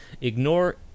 ignore